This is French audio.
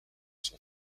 son